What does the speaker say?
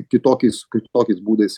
kitokiais kitokiais būdais